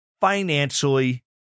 financially